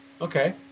okay